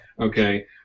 okay